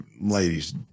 ladies